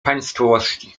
państwowości